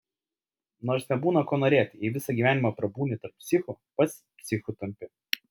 nors nebūna ko norėti jei visą gyvenimą prabūni tarp psichų pats psichu tampi